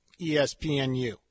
ESPNU